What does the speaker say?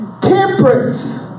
temperance